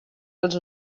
als